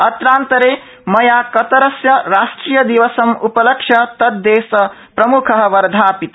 अत्रांतरे मया कतरस्य राष्ट्रियदिवसम् उपलक्ष्य तददेशप्रम्ख वर्धापित